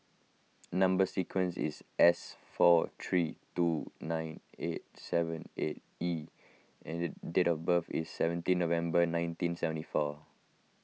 Number Sequence is S four three two nine eight seven six E and date of birth is seventeen November nineteen seventy four